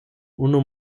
unu